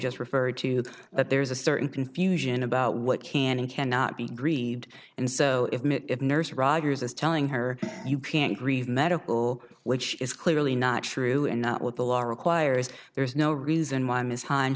just referred to that there is a certain confusion about what can and cannot be greed and so if mitt nurse rogers is telling her you can't read medical which is clearly not true and not what the law requires there is no reason why ms hi